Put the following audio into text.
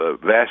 vast